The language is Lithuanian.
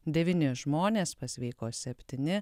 devyni žmonės pasveiko septyni